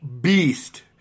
Beast